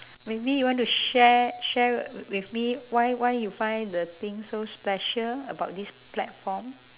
maybe you want to share share w~ with me why why you find the thing so special about this platform